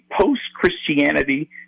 post-Christianity